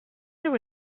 there